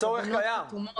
הצורך קיים.